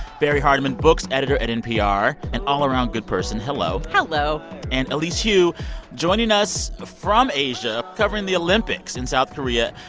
barrie hardymon, books editor at npr and all around good person, hello hello and elise hu joining us ah from asia, covering the olympics in south korea.